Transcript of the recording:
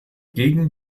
gegen